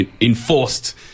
enforced